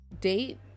date